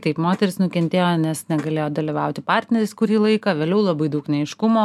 taip moterys nukentėjo nes negalėjo dalyvauti partneris kurį laiką vėliau labai daug neaiškumo